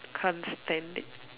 can't stand it